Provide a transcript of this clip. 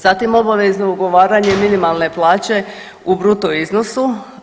Zatim obavezno ugovaranja minimalne plaće u bruto iznosu.